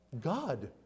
God